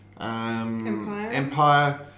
Empire